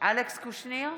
אלכס קושניר,